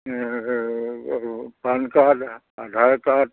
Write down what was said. PAN card Aadhaar card